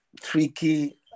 tricky